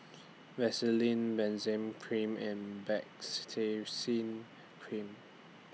Vaselin Benzac Cream and Baritex Cream